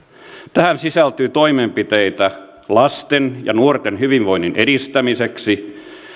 tähän sisältyy toimenpiteitä lasten ja nuorten hyvinvoinnin edistämiseksi